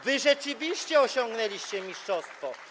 Wy rzeczywiście osiągnęliście mistrzostwo.